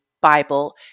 Bible